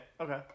okay